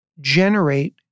generate